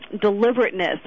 deliberateness